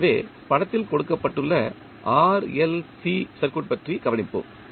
எனவே படத்தில் கொடுக்கப்பட்டுள்ள RLC சர்க்யூட் பற்றி கவனிப்போம்